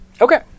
Okay